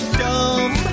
dumb